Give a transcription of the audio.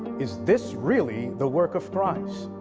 is this really the work of christ?